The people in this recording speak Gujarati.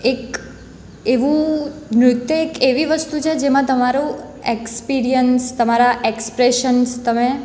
એક એવું નૃત્ય એક એવી વસ્તુ છે જેમાં તમારું એક્સપીરીયન્સ તમારા એક્સ્પ્રેશન્સ તમે